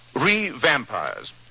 Re-vampires